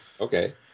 Okay